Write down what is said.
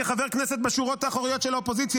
כחבר כנסת בשורות האחוריות של האופוזיציה,